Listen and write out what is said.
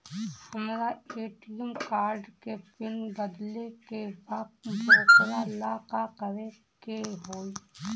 हमरा ATM card के PIN बदले के बा वोकरा ला का करे के होई?